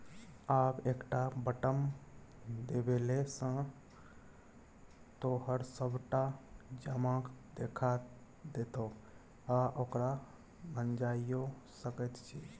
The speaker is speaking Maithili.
आब एकटा बटम देबेले सँ तोहर सभटा जमा देखा देतौ आ ओकरा भंजाइयो सकैत छी